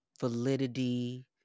validity